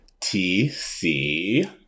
TC